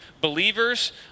believers